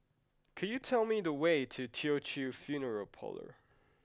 could you tell me the way to Teochew Funeral Parlour